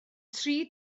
tri